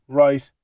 right